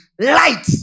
light